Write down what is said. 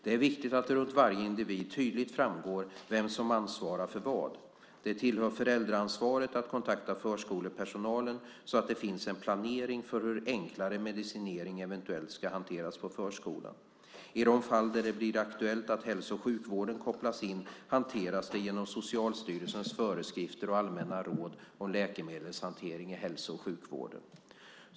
Det är viktigt att det runt varje individ tydligt framgår vem som ansvarar för vad. Det tillhör föräldraansvaret att kontakta förskolepersonalen så att det finns en planering för hur enklare medicinering eventuellt ska hanteras på förskolan. I de fall där det blir aktuellt att hälso och sjukvården kopplas in hanteras det genom Socialstyrelsens föreskrifter och allmänna råd om läkemedelshantering i hälso och sjukvården.